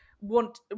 Want